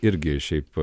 irgi šiaip